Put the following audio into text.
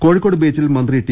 കോഴി ക്കോട് ബീച്ചിൽ മന്ത്രി ടി